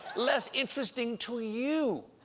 less interesting to you.